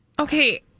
Okay